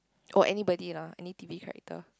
or anybody lah any T_V character